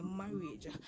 marriage